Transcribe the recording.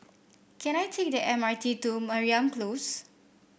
can I take the M R T to Mariam Close